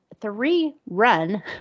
three-run